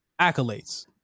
accolades